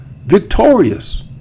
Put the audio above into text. victorious